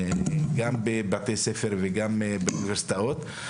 גם בבתי ספר וגם באוניברסיטאות.